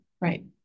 Right